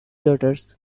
daughters